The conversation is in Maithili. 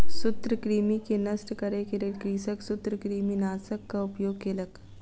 सूत्रकृमि के नष्ट करै के लेल कृषक सूत्रकृमिनाशकक उपयोग केलक